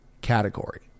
category